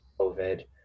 COVID